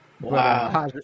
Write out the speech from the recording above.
wow